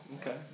Okay